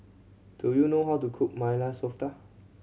do you know how to cook Maili Softa